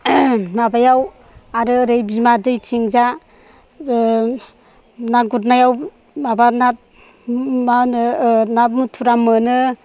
माबायाव आरो ओरै बिमा दैथिंजाय ना गुरनायाव माबा मा होनो ना मुथुरा मोनो